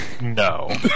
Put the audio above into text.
No